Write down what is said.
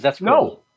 No